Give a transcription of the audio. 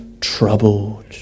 troubled